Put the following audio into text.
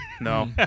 no